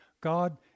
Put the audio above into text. God